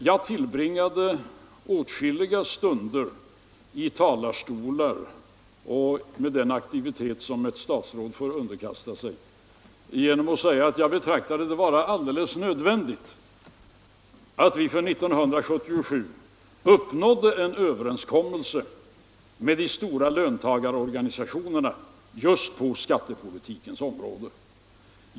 Med den aktivitet som ett statsråd får underkasta sig har jag tillbringat åtskilliga stunder i talarstolar med att förklara att jag betraktar det som alldeles nödvändigt att vi för 1977 uppnår en överenskommelse med de stora löntagarorganisationerna just på skattepolitikens område.